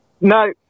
No